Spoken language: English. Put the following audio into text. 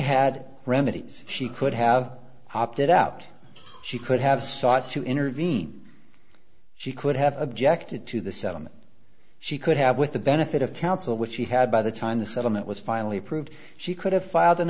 had remedies she could have opted out she could have sought to intervene she could have objected to the settlement she could have with the benefit of counsel which she had by the time the settlement was finally approved she could have filed an